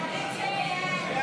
סעיפים 29 44